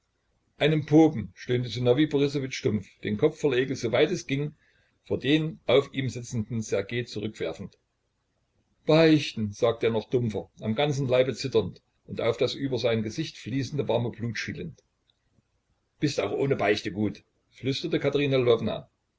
einen popen stöhnte sinowij borissowitsch dumpf den kopf voller ekel so weit es ging vor dem auf ihm sitzenden ssergej zurückwerfend beichten sagte er noch dumpfer am ganzen leibe zitternd und auf das über sein gesicht fließende warme blut schielend bist auch ohne beichte gut flüsterte katerina